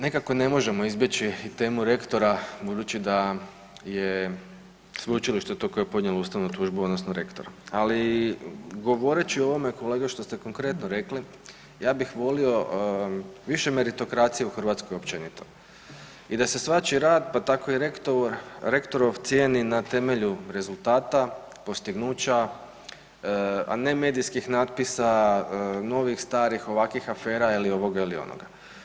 Nekako ne možemo izbjeći i temu rektora budući da je sveučilište to koje je podnijelo ustavnu tužbu odnosno rektora ali govoreći o ovome kolega, što ste konkretno rekli, ja bih volio više meritokracije u Hrvatskoj općenito i da se svačiji rad pa tako i rektorov cijeni na temelju rezultata, postignuća a ne medijskih natpisa, novih, starih, ovakvih afera ili ovoga ili onoga.